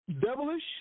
devilish